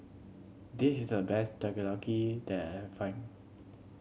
this is the best Takoyaki that I find